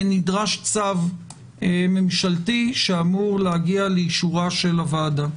נדרש צו ממשלתי, שאמור להגיע לאישורה של הוועדה.